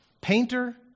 painter